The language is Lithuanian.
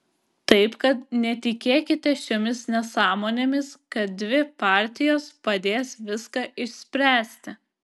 taip kad netikėkite šiomis nesąmonėmis kad dvi partijos padės viską išspręsti